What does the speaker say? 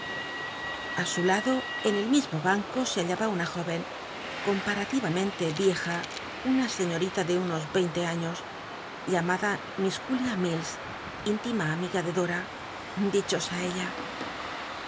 a su lado en el mismo banco se hallaba una jóven comparativamente vieja una señorita de unos veinte años llamada miss jul ia i ills íntima amiga de dora dichosa ella